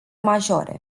majore